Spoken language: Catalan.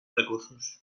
recursos